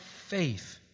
faith